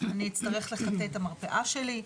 אני אצטרך לחטא את המרפאה שלי.